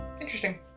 Interesting